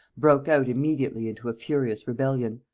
broke out immediately into a furious rebellion.